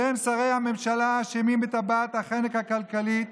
אתם, שרי הממשלה, אשמים בטבעת החנק הכלכלית,